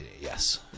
Yes